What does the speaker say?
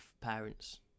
parents